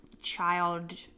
child